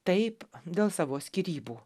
taip dėl savo skyrybų